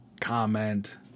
comment